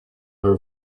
her